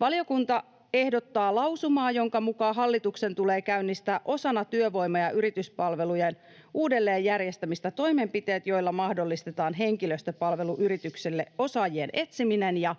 Valiokunta ehdottaa lausumaa, jonka mukaan hallituksen tulee käynnistää osana työvoima- ja yrityspalvelujen uudelleenjärjestämistä toimenpiteet, joilla mahdollistetaan henkilöstöpalveluyritykselle osaajien etsiminen ja